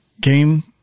game